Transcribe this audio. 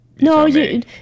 No